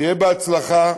שיהיה בהצלחה,